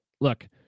look